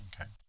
okay